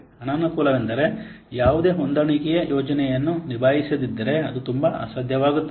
ಅನಾನುಕೂಲವೆಂದರೆ ಯಾವುದೇ ಹೊಂದಾಣಿಕೆಯ ಯೋಜನೆಯನ್ನು ನಿಭಾಯಿಸದಿದ್ದರೆ ಅದು ತುಂಬಾ ಅಸಾಧ್ಯವಾಗುತ್ತದೆ